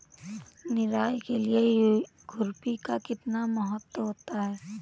निराई के लिए खुरपी का कितना महत्व होता है?